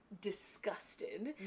disgusted